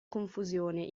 confusione